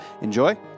enjoy